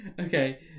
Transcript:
Okay